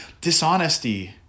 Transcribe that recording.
dishonesty